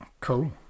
Cool